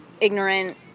ignorant